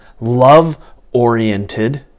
love-oriented